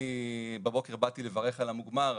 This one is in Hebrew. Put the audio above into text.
אני בבוקר באתי לברך על המוגמר,